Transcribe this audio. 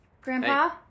Grandpa